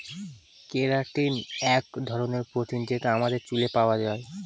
keratin এক ধরনের protein যেটা আমাদের চুলে পাওয়া যায়